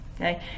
okay